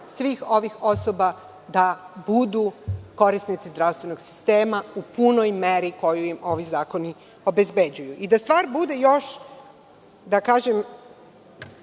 svih ovih osoba da budu korisnici zdravstvenog sistema u punoj meri, koju im ovi zakoni obezbeđuju? Da stvar bude još gora, da kažem,